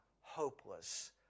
hopeless